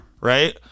right